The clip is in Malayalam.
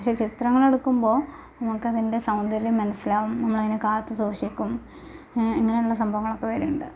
പക്ഷേ ചിത്രങ്ങൾ എടുക്കുമ്പോൾ നമുക്കതിൻ്റെ സൗന്ദര്യം മനസ്സിലാവും നമ്മൾ അതിനെ കാത്തു സൂക്ഷിക്കും ഇങ്ങനെയുള്ള സംഭവങ്ങളൊക്കെ വരുമ്പം